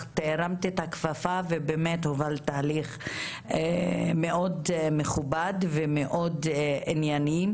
הרמת את הכפפה ובאמת הובלת תהליך מאוד מכובד ומאוד ענייני.